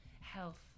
health